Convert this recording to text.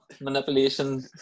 manipulation